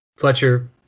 Fletcher